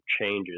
changes